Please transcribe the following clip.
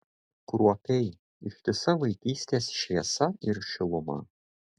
kruopiai ištisa vaikystės šviesa ir šiluma